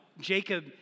Jacob